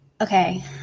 okay